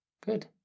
Good